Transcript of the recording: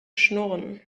schnurren